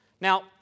Now